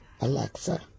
Alexa